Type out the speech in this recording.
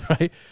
right